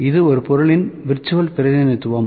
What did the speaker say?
இது ஒரு பொருளின் விர்ச்சுவல் பிரதிநிதித்துவம்